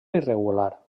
irregular